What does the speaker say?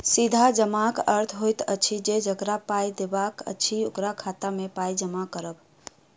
सीधा जमाक अर्थ होइत अछि जे जकरा पाइ देबाक अछि, ओकरा खाता मे पाइ जमा करब